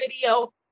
video